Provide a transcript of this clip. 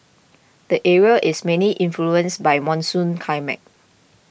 the area is mainly influenced by monsoon climate